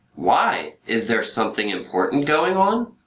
why? is there something important going on?